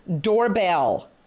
doorbell